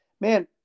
man